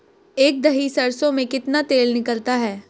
एक दही सरसों में कितना तेल निकलता है?